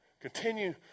Continue